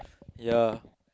ya